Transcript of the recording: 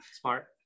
Smart